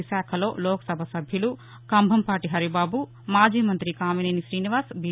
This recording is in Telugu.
విశాఖలో లోక్సభ సభ్యులు కంభంపాటి హరిబాబు మాజీ మంత్రి కామినేని శ్రీనివాస్ బి